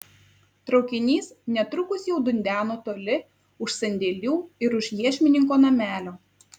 traukinys netrukus jau dundeno toli už sandėlių ir už iešmininko namelio